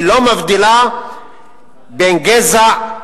היא לא מבדילה בין גזע,